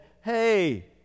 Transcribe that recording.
Hey